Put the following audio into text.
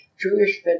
Jewish